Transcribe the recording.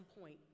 point